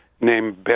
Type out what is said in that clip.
named